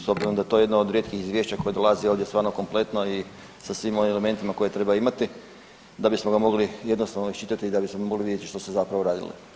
s obzirom da je to jedno od rijetkih izvješća koje dolazi ovdje stvarno kompletno i sa svim onim elementima koje treba imati da bismo ga mogli jednostavno iščitati i da bismo mogli vidjeti što se zapravo radilo.